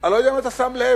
אני לא יודע אם אתה שם לב,